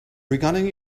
regarding